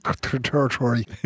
territory